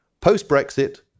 post-Brexit